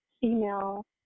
female